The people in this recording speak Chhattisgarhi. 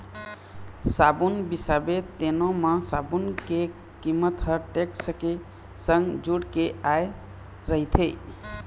साबून बिसाबे तेनो म साबून के कीमत ह टेक्स के संग जुड़ के आय रहिथे